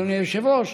אדוני היושב-ראש,